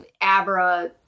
Abra